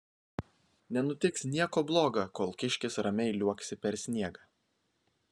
nenutiks nieko bloga kol kiškis ramiai liuoksi per sniegą